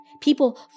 People